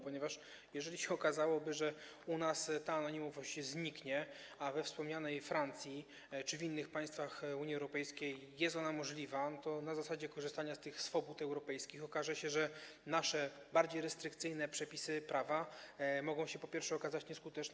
Ponieważ jeżeliby się okazało, że u nas ta anonimowość zniknie, a we wspomnianej Francji czy w innych państwach Unii Europejskiej jest ona możliwa, to na zasadzie korzystania z tych swobód europejskich okaże się, że nasze bardziej restrykcyjne przepisy prawa mogą się, po pierwsze, okazać nieskuteczne.